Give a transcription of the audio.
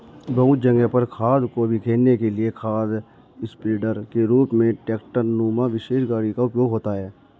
बहुत जगह पर खाद को बिखेरने के लिए खाद स्प्रेडर के रूप में ट्रेक्टर नुमा विशेष गाड़ी का उपयोग होता है